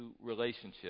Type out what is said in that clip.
relationship